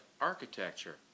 architecture